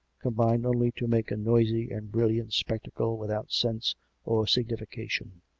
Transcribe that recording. combined only to make a noisy and brilliant spectacle without sense or signification.